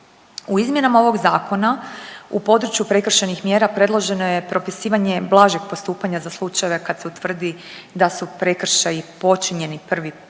U izmjenama ovog zakona u području prekršajnih mjera predloženo je propisivanje blažeg postupanja za slučajeve kad se utvrdi da su prekršaji počinjeni prvi puta,